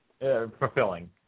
fulfilling